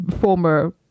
former